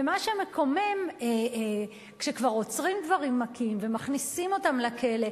ומה שמקומם זה שכשכבר עוצרים גברים מכים ומכניסים אותם לכלא,